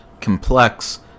complex